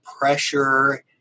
pressure